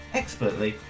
expertly